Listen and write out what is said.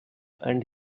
and